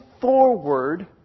forward